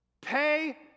Pay